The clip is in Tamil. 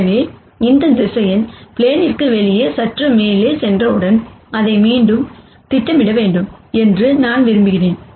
எனவே இந்த வெக்டார் ப்ளேனிற்கு வெளியே சற்று மேலே சென்றவுடன் அதை மீண்டும் திட்டமிட வேண்டும் என்று நான் விரும்புகிறேன்